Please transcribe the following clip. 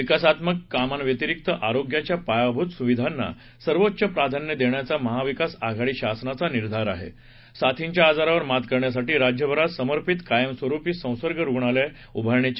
विकासात्मक कामांव्यतिरिक्त आरोग्याच्या पायाभूत सुविधांना सर्वोच्च प्राधान्य देण्याचा महाविकास आघाडी शासनाचा निर्धार आहे साथींच्या आजारावर मात करण्यासाठी राज्यभरात समर्पित कायमस्वरूपी संसर्ग रुग्णालये उभारण्याची